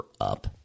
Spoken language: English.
up